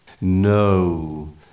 No